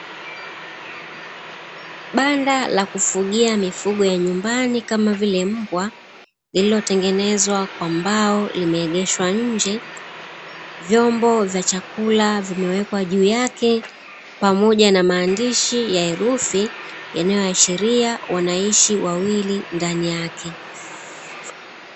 Banda la kufugia mifugo ya nyumbani kama vile mbwa lililotengenezwa kwa mbao limeegeshwa nje, vyombo vya chakula vimewekwa juu yake pamoja na maandishi ya herufi yanayoashiria wanaishi wawili ndani yake.